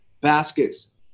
baskets